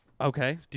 Okay